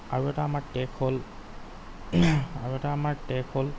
আৰু এটা আমাৰ টেগ হ'ল আৰু এটা আমাৰ টেগ হ'ল